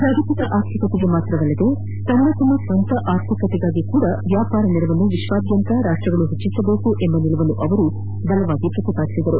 ಜಾಗತಿಕ ಆರ್ಥಿಕತೆಗೆ ಮಾತ್ರವಲ್ಲದೆ ತಮ್ನ ಸ್ವಂತ ಆರ್ಥಿಕತೆಗಾಗಿಯೂ ವ್ಯಾಪಾರ ನೆರವನ್ನು ವಿಶ್ವದಾದ್ಯಂತ ರಾಷ್ಷಗಳು ಹೆಚ್ವಿಸಬೇಕೆಂಬ ನಿಲುವನ್ನು ಅವರು ಪ್ರತಿಪಾದಿಸಿದರು